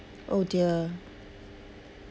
oh dear